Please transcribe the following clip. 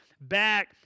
back